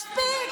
מספיק.